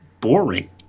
boring